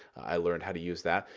i learned how to use that.